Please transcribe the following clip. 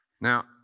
Now